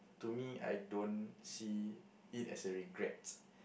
to me I don't see it as a regret